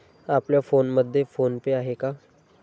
आपल्या फोनमध्ये PhonePe आहे का?